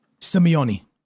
Simeone